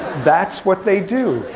that's what they do.